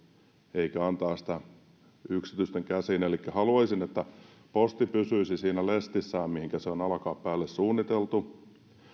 eikä antaa sitä yksityisten käsiin elikkä haluaisin että posti pysyisi siinä lestissään mihinkä se on alkaa päälle suunniteltu